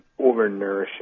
overnourishing